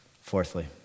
fourthly